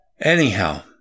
Anyhow